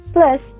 Plus